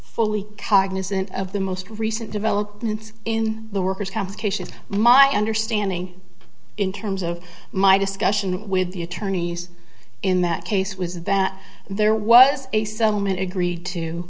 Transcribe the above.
fully cognizant of the most recent developments in the workers complications my understanding in terms of my discussion with the attorneys in that case was that there was a settlement agreed to